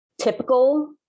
typical